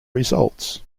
results